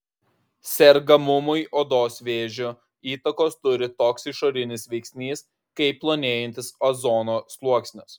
sergamumui odos vėžiu įtakos turi toks išorinis veiksnys kaip plonėjantis ozono sluoksnis